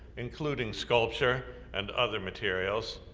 including sculpture and other materials,